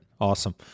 Awesome